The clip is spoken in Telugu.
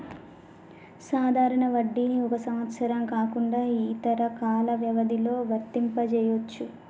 సాధారణ వడ్డీని ఒక సంవత్సరం కాకుండా ఇతర కాల వ్యవధిలో వర్తింపజెయ్యొచ్చు